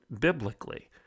biblically